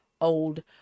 old